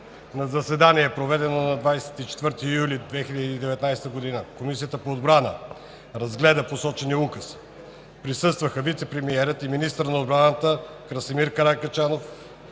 На заседание, проведено на 24 юли 2019 г., Комисията по отбрана разгледа посочения указ. Присъстваха вицепремиерът и министър на отбраната Красимир Каракачанов,